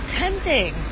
tempting